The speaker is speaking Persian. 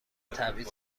تبعیض